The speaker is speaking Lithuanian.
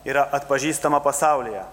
yra atpažįstama pasaulyje